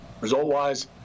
result-wise